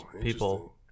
people